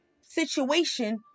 Situation